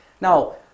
Now